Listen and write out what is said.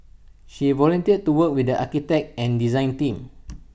she volunteered to work with the architect and design team